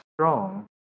strong